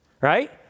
right